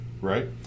Right